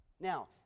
Now